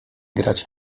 grać